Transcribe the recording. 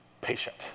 patient